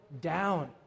down